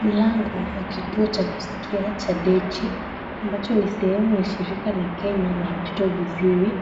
Mlango wa kituo cha kuskia cha dechi ambacho ni sehemu ya shirika la Kenya la Watoto Viziwi